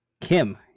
Kim